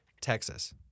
texas